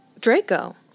Draco